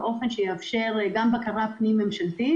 באופן שיאפשר גם בקרה פנים-ממשלתית,